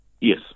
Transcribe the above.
Yes